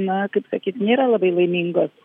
na kaip sakyt nėra labai laimingos